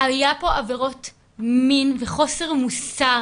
היה פה עבירות מין וחוסר מוסר